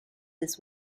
this